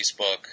Facebook